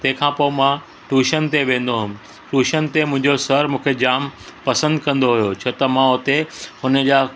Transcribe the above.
तंहिंखां पोइ मां टूशन ते वेंदो हुयुमि टूशन ते मुंहिंजो सर मूंखे जाम पसंदि कंदो हुयो छो त मां हुते हुन जा